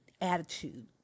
attitude